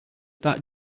that